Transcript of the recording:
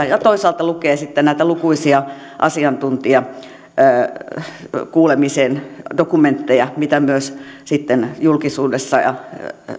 ja toisaalta lukee sitten näitä lukuisia asiantuntijakuulemisen dokumentteja mitä myös sitten julkisuudessa ja